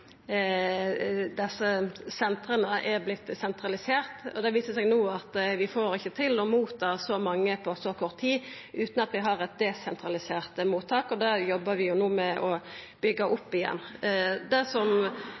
desse sentera er vortne sentraliserte, og det viser seg no at vi ikkje får til å motta så mange på så kort tid utan at vi har eit desentralisert mottak. Det jobbar vi no med å byggja opp igjen. Når det